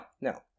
no